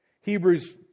Hebrews